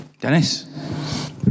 Dennis